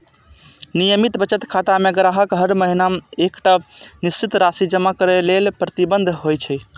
नियमित बचत खाता मे ग्राहक हर महीना एकटा निश्चित राशि जमा करै लेल प्रतिबद्ध होइ छै